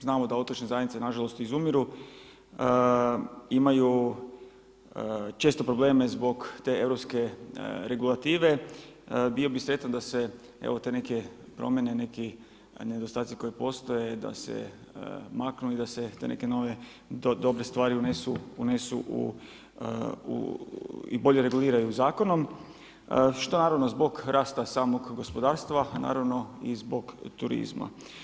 Znamo da otočne zajednice, nažalost izumiru, imaju često probleme zbog te europske regulative, bio bi sretan da se evo te neke promjene, neki nedostaci koji postoje da se maknu i da se te neke nove dobre stvari unesu u i bolje reguliraju zakonom, šta naravno, zbog rasta samog gospodarstva, a naravno i zbog turizma.